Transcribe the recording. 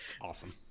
awesome